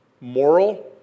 moral